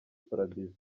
paradizo